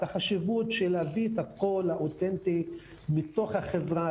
אלא ראו את החשיבות של להביא את הקול האותנטי מתוך החברה,